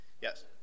Yes